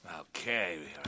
Okay